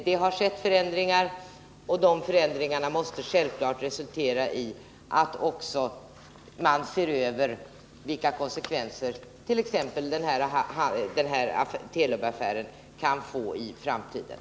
Det har skett förändringar, och dessa förändringar måste självfallet resultera i att man också ser över vilka konsekvenser t.ex. denna Telubaffär kan få i framtiden.